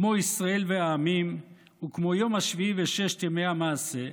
כמו ישראל והעמים וכמו היום השביעי וששת ימי המעשה,